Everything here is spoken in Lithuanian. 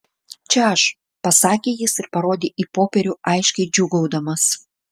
čia aš pasakė jis ir parodė į popierių aiškiai džiūgaudamas